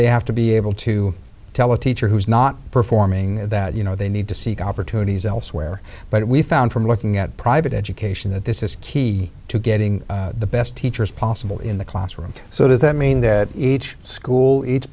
they have to be able to tell a teacher who is not performing that you know they need to seek opportunities elsewhere but we found from looking at private education that this is key to getting the best teachers possible in the classroom so does that mean that each school